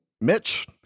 Mitch